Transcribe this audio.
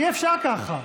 אי-אפשר ככה.